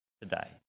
today